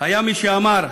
היה מי שאמר,